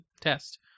test